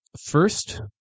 First